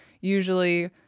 usually